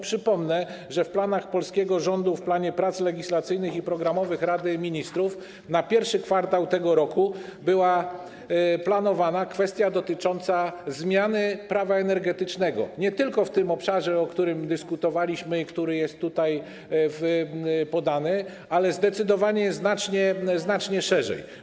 Przypomnę, że w planach polskiego rządu, w planie prac legislacyjnych i programowych Rady Ministrów na I kwartał tego roku znajdowała się kwestia dotycząca zmiany Prawa energetycznego, nie tylko w tym obszarze, o którym dyskutowaliśmy i który jest tutaj podany, ale zdecydowanie i znacznie szerzej.